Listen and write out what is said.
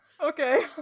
Okay